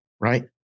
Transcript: Right